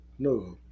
No